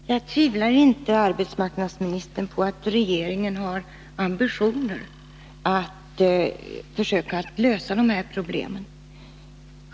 Nr 68 Herr talman! Jag tvivlar inte, arbetsmarknadsministern, på att regeringen har ambitionen att försöka lösa dessa problem.